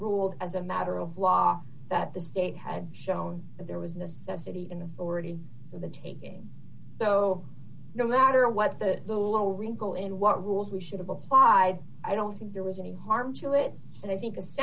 ruled as a matter of law that the state had shown that there was an assessor he in authority for the taking so no matter what the little wrinkle in what rules we should have applied i don't think there was any harm to it and i think